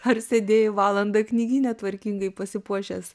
ar sėdėjai valandą knygyne tvarkingai pasipuošęs